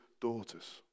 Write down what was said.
daughters